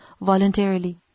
voluntarily